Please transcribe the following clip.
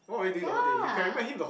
ya